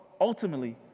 Ultimately